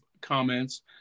comments